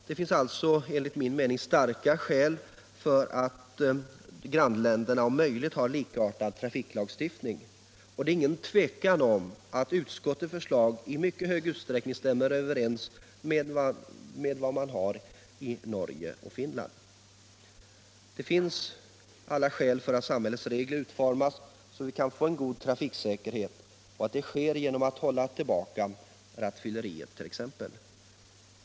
Det finns enligt min uppfattning starka skäl för att grannländer om möjligt har likartad trafiklagstiftning. Det är inget tvivel om att utskottets förslag mycket mer överensstämmer med lagstiftningen på detta område i Norge och Finland. Det finns alla skäl att utforma samhällets trafikregler så att vi får en god trafiksäkerhet. Detta sker t.ex. genom att hålla tillbaka rattfylleriet.